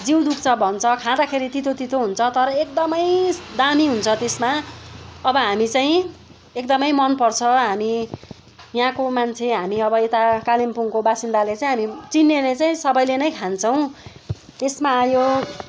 जिउ दुख्छ भन्छ खाँदाखेरि तितो तितो हुन्छ तर एकदमै दामी हुन्छ त्यसमा अब हामी चाहिँ एकदमै मन पर्छ हामी यहाँको मान्छे हामी यता अब कालिम्पोङको बासिन्दाले चाहिँ हामी चिन्नेले चाहिँ सबैले नै खान्छौँ त्यसमा आयो